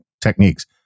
techniques